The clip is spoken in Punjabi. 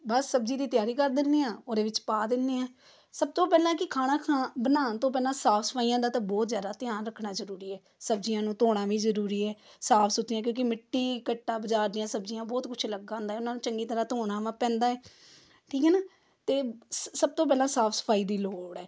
ਬਸ ਸਬਜ਼ੀ ਦੀ ਤਿਆਰੀ ਕਰ ਦਿੰਦੇ ਹਾਂ ਉਹਦੇ ਵਿੱਚ ਪਾ ਦਿੰਦੇ ਹਾਂ ਸਭ ਤੋਂ ਪਹਿਲਾਂ ਕਿ ਖਾਣਾ ਖਾ ਬਣਾਉਣ ਤੋਂ ਪਹਿਲਾਂ ਸਾਫ ਸਫਾਈਆਂ ਦਾ ਤਾਂ ਬਹੁਤ ਜ਼ਿਆਦਾ ਧਿਆਨ ਰੱਖਣਾ ਜ਼ਰੂਰੀ ਏ ਸਬਜ਼ੀਆਂ ਨੂੰ ਧੋਣਾ ਵੀ ਜ਼ਰੂਰੀ ਹੈ ਸਾਫ ਸੁਥਰੀਆਂ ਕਿਉਂਕਿ ਮਿੱਟੀ ਘੱਟਾ ਬਜ਼ਾਰ ਦੀਆਂ ਸਬਜ਼ੀਆਂ ਬਹੁਤ ਕੁਝ ਲੱਗਾ ਹੁੰਦਾ ਉਹਨਾਂ ਨੂੰ ਚੰਗੀ ਤਰ੍ਹਾਂ ਧੋਣਾ ਵਾ ਪੈਂਦਾ ਏ ਠੀਕ ਹੈ ਨਾ ਅਤੇ ਸ ਸਭ ਤੋਂ ਪਹਿਲਾਂ ਸਾਫ ਸਫਾਈ ਦੀ ਲੋੜ ਹੈ